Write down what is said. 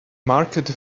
market